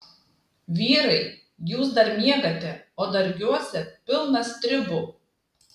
vyrai jūs dar miegate o dargiuose pilna stribų